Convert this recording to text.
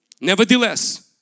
Nevertheless